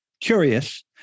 curious